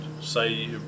say